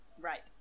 Right